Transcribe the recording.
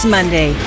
Monday